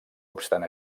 obstant